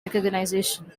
recognition